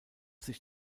sich